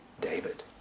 David